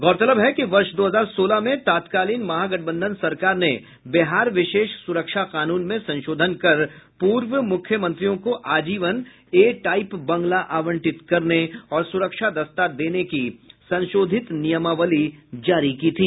गौरतलब है कि वर्ष दो हजार सोलह में तात्कालीन महागठबंधन सरकार ने बिहार विशेष सुरक्षा कानून में संशोधन कर पूर्व मुख्यमंत्रियों को आजीवन ए टाईप बंगला आवंटित करने और सुरक्षा दस्ता देने की संशोधित नियमावली जारी की थी